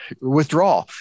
withdraw